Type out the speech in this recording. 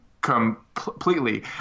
completely